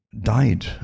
died